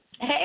Hey